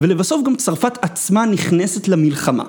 ולבסוף גם צרפת עצמה נכנסת למלחמה.